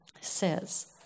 says